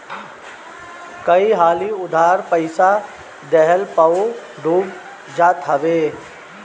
कई हाली उधार पईसा देहला पअ उ डूब जात हवे